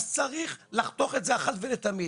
אז צריך לחתוך את זה אחת ולתמיד,